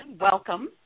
Welcome